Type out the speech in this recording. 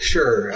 Sure